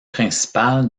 principal